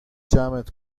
جمعت